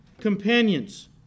companions